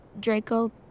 Draco